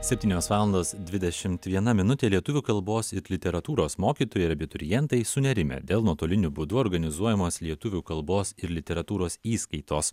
septynios valandos dvidešimt viena minutė lietuvių kalbos ir literatūros mokytojai ir abiturientai sunerimę dėl nuotoliniu būdu organizuojamos lietuvių kalbos ir literatūros įskaitos